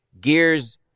gears